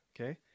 Okay